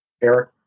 Eric